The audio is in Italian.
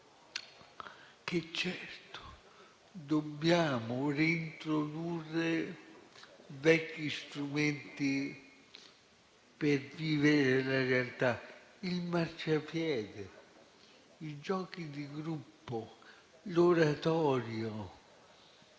Certo, dobbiamo reintrodurre vecchi strumenti per vivere la realtà: il marciapiede, i giochi di gruppo, l'oratorio,